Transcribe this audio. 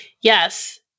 Yes